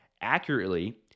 accurately